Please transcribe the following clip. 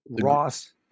Ross